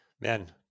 Man